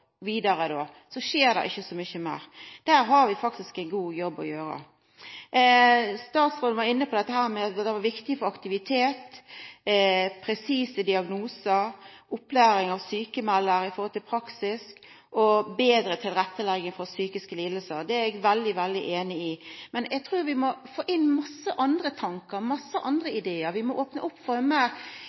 skjer det ikkje så mykje meir. Der har vi faktisk ein god jobb å gjera. Statsråden var inne på at det var viktig med aktivitet, presise diagnosar, opplæring av sjukmeldar med omsyn til praksis og betre tilrettelegging for psykiske lidingar. Det er eg veldig, veldig einig i. Men eg trur vi må få inn masse andre tankar, masse andre idear. Vi må opna opp for